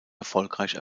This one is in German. erfolgreich